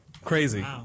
Crazy